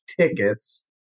tickets